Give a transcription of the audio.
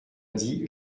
dit